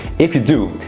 if you do,